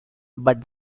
but